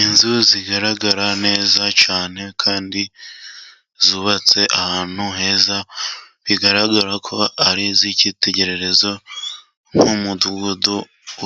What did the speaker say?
Inzu zigaragara neza cyane， kandi zubatse ahantu heza， bigaragara ko ari iz'ikitegererezo， nk'umudugudu